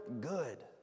good